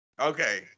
Okay